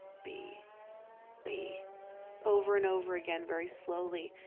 b b over and over again, very slowly,